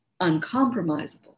uncompromisable